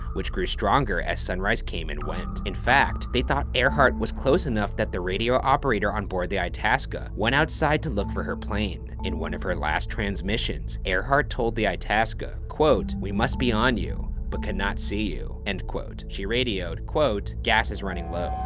which grew stronger as sunrise came and went. in fact, they thought earhart was close enough that the radio operator on board the itasca went outside to look for her plane. in one of her last transmissions, earhart told the itasca, quote, we must be on you, but cannot see you, end quote. she radioed, quote, gas is running low,